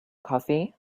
coffee